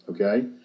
okay